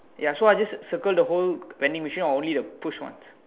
ya so I just circle the whole vending machine or just the push once